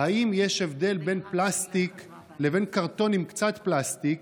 אם יש הבדל בין פלסטיק לבין קרטון עם קצת פלסטיק,